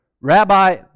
Rabbi